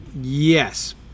Yes